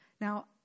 Now